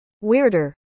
weirder